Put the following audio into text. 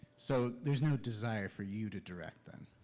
so, there's no desire for you to direct, then?